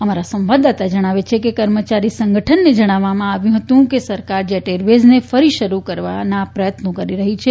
અમારા સંવાદદાતા જણાવે છે કે કર્મચારી સંગઠનને જણાવવામાં આવ્યું હતું કે સરકાર જેટ એરવેજને ફરી શરૂ કરવા પ્રયત્નો કરી રહી છે